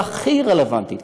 היא הכי רלוונטית.